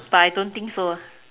but I don't think so